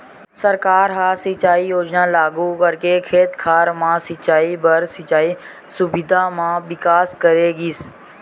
सरकार ह सिंचई योजना लागू करके खेत खार म सिंचई बर सिंचई सुबिधा म बिकास करे गिस